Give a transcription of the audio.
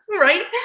right